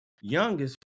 youngest